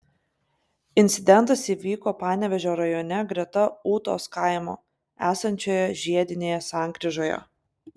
incidentas įvyko panevėžio rajone greta ūtos kaimo esančioje žiedinėje sankryžoje